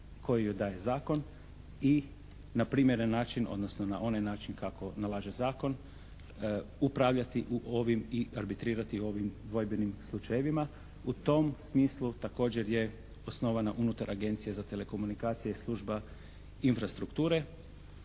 koju joj daje zakon i na primjeren način odnosno na onaj način kako nalaže zakon upravljati u ovim i arbitrirati u ovim dvojbenim slučajevima. U tom smislu također je osnovana unutar Agencije za telekomunikacije služba infrastrukture